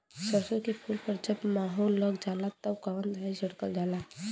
सरसो के फूल पर जब माहो लग जाला तब कवन दवाई छिड़कल जाला?